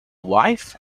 wife